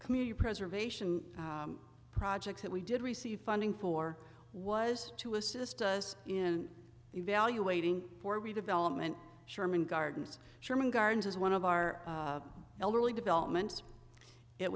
community preservation projects that we did receive funding for was to assist us in evaluating for redevelopment sherman gardens sherman gardens as one of our elderly development it